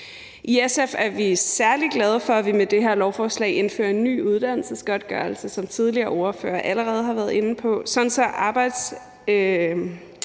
I SF er vi særlig glade for, at vi med det her lovforslag indfører en ny uddannelsesgodtgørelse, som tidligere ordførere allerede har været inde på,